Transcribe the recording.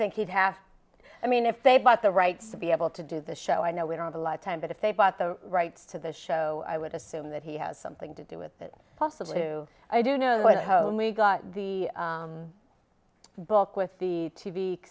think he'd have i mean if they bought the rights to be able to do the show i know we don't have a lot of time but if they bought the rights to the show i would assume that he has something to do with that possibly do i do know what home we got the book with the t